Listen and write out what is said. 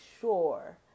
sure